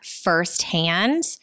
firsthand